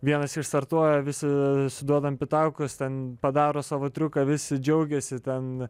vienas išstartuoja visi suduodam pitakus ten padaro savo triuką visi džiaugiasi ten